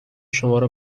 شمارا